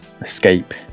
escape